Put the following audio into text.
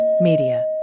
Media